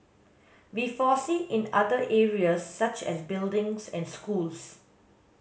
we foresee in other areas such as buildings and schools